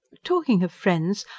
talking of friends,